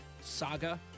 saga